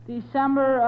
December